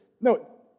no